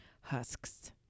husks